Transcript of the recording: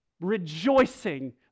rejoicing